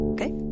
Okay